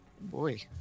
Boy